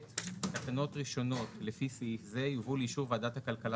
תקנות ראשונות לפי סעיף זה יובאו לאישור ועדת הכלכלה